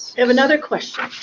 have another question.